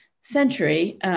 century